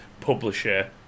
publisher